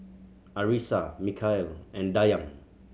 Arissa Mikhail and Dayang